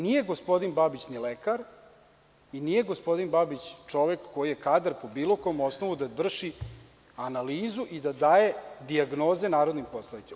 Nije gospodin Babić ni lekar i nije gospodin Babić čovek koji je kadar po bilo kom osnovu da vrši analizu i da daje dijagnoze narodnim poslanicima.